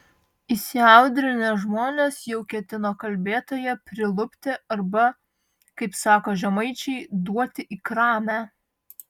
įsiaudrinę žmonės jau ketino kalbėtoją prilupti arba kaip sako žemaičiai duoti į kramę